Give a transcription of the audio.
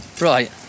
right